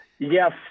Yes